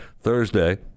Thursday